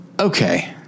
Okay